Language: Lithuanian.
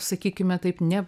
sakykime taip ne